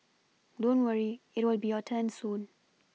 don't worry it will be your turn soon